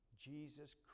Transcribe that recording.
Jesus